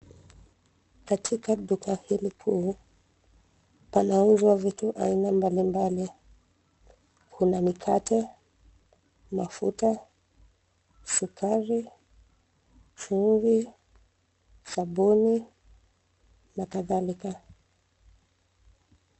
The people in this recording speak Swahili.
Katika duka hili kuu pana uzwa vitu aina mbalimbali, kuna mikate, mafuta, sukari, chumvi, sabuni na kadhalika.